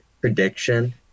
prediction